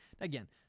again